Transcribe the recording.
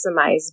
maximize